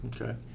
Okay